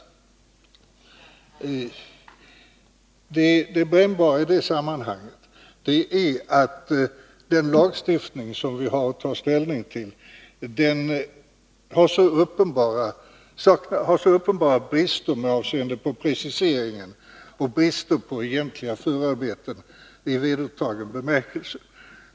Det brännbara i sammanhanget är att den lagstiftning som vi har att ta ställning till har så uppenbara brister med avseende på precisering och egentliga förarbeten i vedertagen bemärkelse.